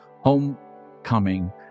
homecoming